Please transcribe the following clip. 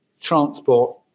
transport